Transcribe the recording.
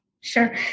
Sure